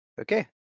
Okay